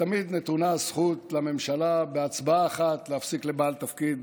ותמיד נתונה זכות לממשלה בהצבעה אחת להפסיק לבעל תפקיד